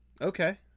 Okay